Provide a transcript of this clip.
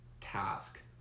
task